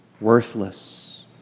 worthless